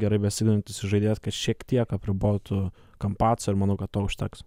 gerai besiginantis žaidėjas kad šiek tiek apribotų kampaco ir manau kad to užteks